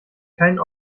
kein